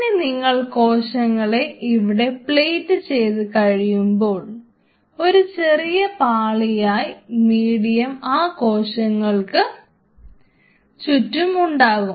ഇനി നിങ്ങൾ കോശങ്ങളെ ഇവിടെ പ്ലേറ്റ് ചെയ്ത് കഴിയുമ്പോൾ ഒരു ചെറിയ പാളിയായി മീഡിയം ആ കോശങ്ങൾക്ക് ചുറ്റും ഉണ്ടാകും